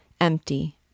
empty